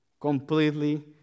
completely